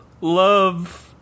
love